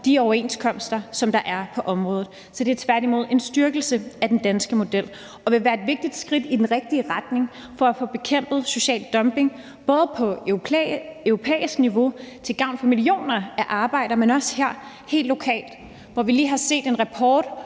de overenskomster, som der er på området. Så det er tværtimod en styrkelse af den danske model og vil være et vigtigt skridt i den rigtige retning for at få bekæmpet social dumping, både på europæisk niveau til gavn for millioner af arbejdere, men også her helt lokalt, hvor vi lige har set en rapport